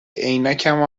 عینکمو